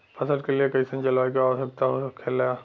फसल के लिए कईसन जलवायु का आवश्यकता हो खेला?